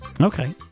Okay